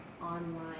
online